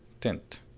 Tint